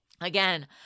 Again